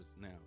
now